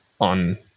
on